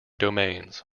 domains